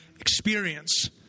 experience